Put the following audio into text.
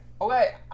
Okay